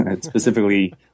specifically